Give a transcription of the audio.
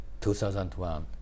2001